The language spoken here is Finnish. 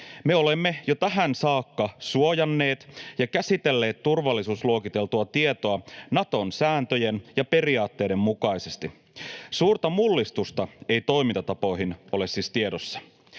me olemme jo tähän saakka suojanneet ja käsitelleet turvallisuusluokiteltua tietoa Naton sääntöjen ja periaatteiden mukaisesti. Suurta mullistusta ei toimintatapoihin ole siis tiedossa,